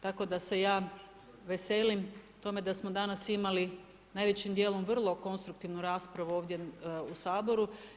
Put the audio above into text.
Tako da se ja veselim tome da smo danas imali najvećim dijelom vrlo konstruktivnu raspravu ovdje u Saboru.